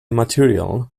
material